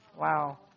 Wow